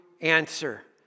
answer